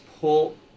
pull